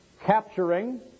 capturing